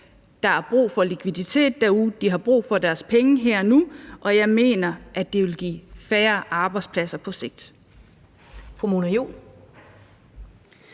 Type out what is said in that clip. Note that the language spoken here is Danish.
der er brug for likviditet derude, at de har brug for deres penge her og nu, og jeg mener, at det vil give færre arbejdspladser på sigt.